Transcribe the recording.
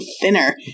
thinner